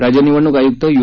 राज्य निवडणूक आयूक्त यू